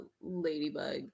Ladybug